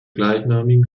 gleichnamigen